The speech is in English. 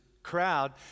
crowd